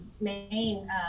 main